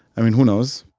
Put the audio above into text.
i mean, who knows?